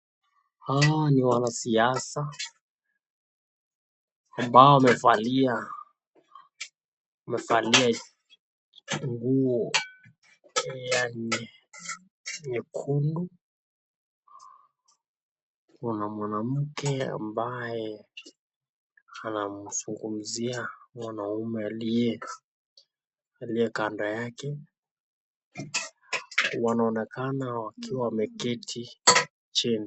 Hawa ni wanasiasa ambao wamevalia wamevalia nguo yaani nyekundu. Kuna mwanamke ambaye anazungumzia mwanaume aliye aliye kando yake. Wanaonekana wakiwa wameketi chini.